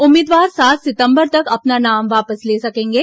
उम्मीदवार सात सितंबर तक अपना नाम वापस ले सकेंगे